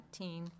19